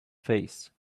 face